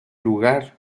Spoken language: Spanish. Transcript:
lugar